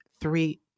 three